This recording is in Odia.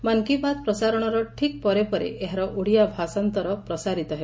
ମନ୍ କି ବାତ୍ ପ୍ରସାରଣର ଠିକ୍ ପରେ ପରେ ଏହାର ଓଡ଼ିଆ ଭାଷାନ୍ତର ପ୍ରସାରିତ ହେବ